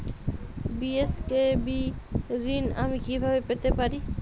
BSKB ঋণ আমি কিভাবে পেতে পারি?